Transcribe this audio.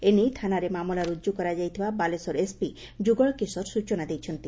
ଏ ନେଇ ଥାନାରେ ମାମଲା ରୁକୁ କରାଯାଇଥିବା ବାଲେଶ୍ୱର ଏସ୍ପି ଯୁଗଳ କିଶୋର ସୂଚନା ଦେଇଛନ୍ତି